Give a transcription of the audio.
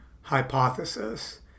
hypothesis